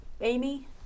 Amy